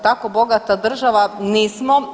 Tako bogata država nismo.